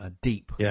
deep